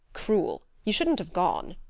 cruel. you shouldn't have gone.